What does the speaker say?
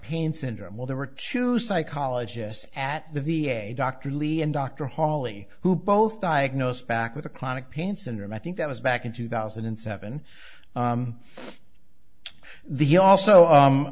pain syndrome well there were two psychologists at the v a dr lee and dr hawley who both diagnosed back with a chronic pain syndrome i think that was back in two thousand and seven the also